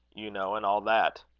you know, and all that.